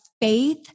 faith